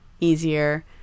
easier